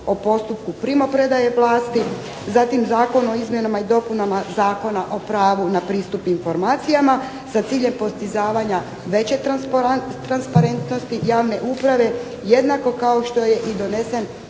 o postupku primopredaje vlasti, zatim Zakon o izmjenama i dopunama Zakona o pravu jna pristup informacijama sa ciljem postizanja veće transparentnosti javne uprave, jednako kao što je i donesen